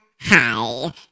hi